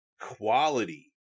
quality